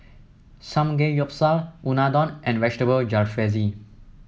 Samgeyopsal Unadon and Vegetable Jalfrezi